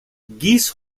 geese